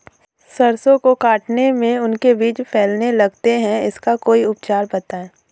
सरसो को काटने में उनके बीज फैलने लगते हैं इसका कोई उपचार बताएं?